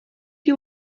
you